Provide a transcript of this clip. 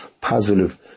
positive